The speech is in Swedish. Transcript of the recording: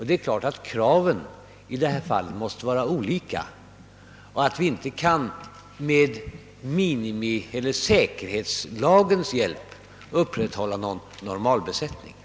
Det är givet att kraven i dessa båda fall måste vara olika och att vi inte kan med säkerhetslagens hjälp upprätthålla någon normalbesättning.